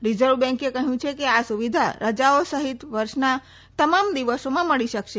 reserve બેંકે કહયું છે કે આ સુવિધા રજાઓ સહિત વર્ષના તમામ દિવસોમાં મળી શકશે